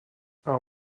our